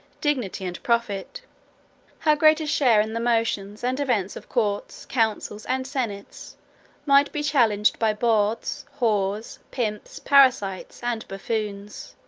dignity, and profit how great a share in the motions and events of courts, councils, and senates might be challenged by bawds, whores, pimps, parasites, and buffoons.